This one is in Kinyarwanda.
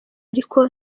ariko